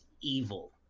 evil